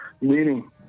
meeting